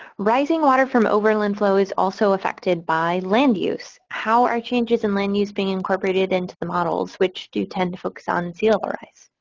rising water from overland flow is also affected by land use. how are changes in land use being incorporated into the models which do tend to focus on sea level rise?